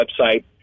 website